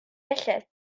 felly